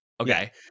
Okay